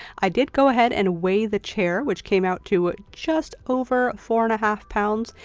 i did go ahead and weigh the chair, which came out to just over four and a half pounds,